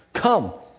come